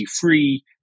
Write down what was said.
free